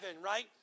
right